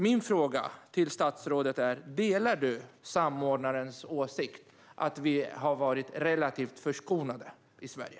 Min fråga till statsrådet är: Delar statsrådet samordnarens åsikt att vi har varit relativt förskonade i Sverige?